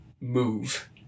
move